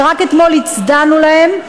שרק אתמול הצדענו להם,